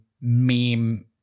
meme